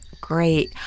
Great